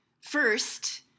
first